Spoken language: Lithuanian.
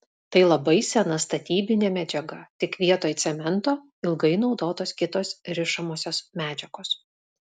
tai labai sena statybinė medžiaga tik vietoj cemento ilgai naudotos kitos rišamosios medžiagos